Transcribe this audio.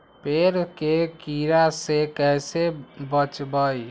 पेड़ के कीड़ा से कैसे बचबई?